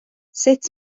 sut